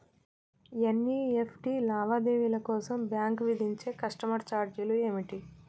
NEFT లావాదేవీల కోసం bank విధించే కస్టమర్ ఛార్జీలు ఏమిటి?